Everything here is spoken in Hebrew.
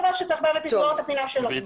זה דבר שצריך באמת לסגור את הפינה שלו.